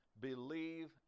believe